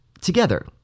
together